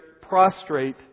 prostrate